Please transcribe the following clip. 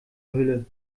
hülle